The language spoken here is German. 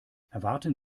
erwarten